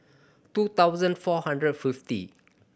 two thousand four hundred fifty